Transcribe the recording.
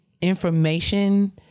information